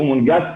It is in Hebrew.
הוא מונגש שפתית,